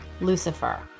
Lucifer